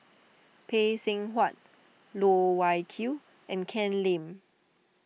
Phay Seng Whatt Loh Wai Kiew and Ken Lim